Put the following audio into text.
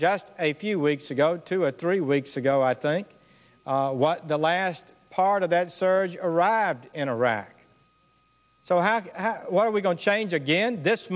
just a few weeks ago two or three weeks ago i think what the last part of that surge arrived in iraq so how are we going to change again this